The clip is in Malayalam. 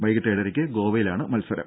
വൈകിട്ട് ഏഴരയ്ക്ക് ഗോവയിലാണ് മത്സരം